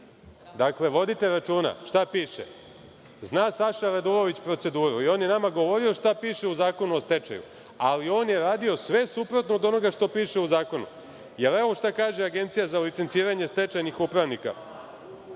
vodite računa šta piše. Zna Saša Radulović proceduru. I on je nama govorio šta piše u zakonu o stečaju, ali on je radio sve suprotno od onoga što piše u zakonu. Jer, evo šta kaže Agencija za licenciranje stečajnih upravnika,